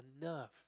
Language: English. enough